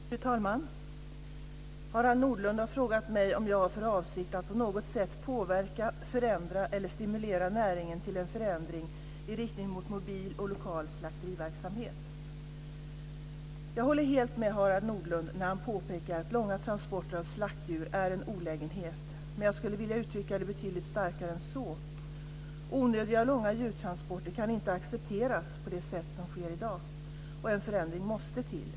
Fru talman! Harald Nordlund har frågat mig om jag har för avsikt att på något sätt påverka, förändra eller stimulera näringen till en förändring i riktning mot mobil och lokal slakteriverksamhet. Jag håller helt med Harald Nordlund när han påpekar att långa transporter av slaktdjur är en olägenhet, men jag skulle vilja uttrycka det betydligt starkare än så. Onödiga och långa djurtransporter kan inte accepteras på det sätt som sker i dag, och en förändring måste till.